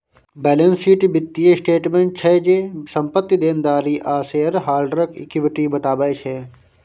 balance sheet बित्तीय statement छै जे, संपत्ति, देनदारी आ शेयर हॉल्डरक इक्विटी बताबै छै